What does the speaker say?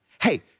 hey